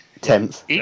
Tenth